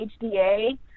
HDA